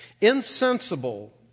insensible